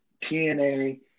TNA